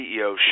CEO